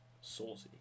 Saucy